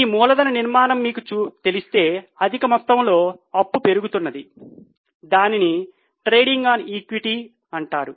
మీ మూలధన నిర్మాణం మీకు తెలిస్తే అధిక మొత్తంలో అప్పు పెరుగు తున్నది దానిని ట్రేడింగ్ ఆన్ ఈక్విటీ అంటారు